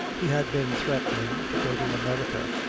he had been threatening to go to america,